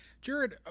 Jared